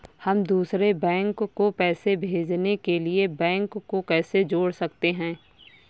हम दूसरे बैंक को पैसे भेजने के लिए बैंक को कैसे जोड़ सकते हैं?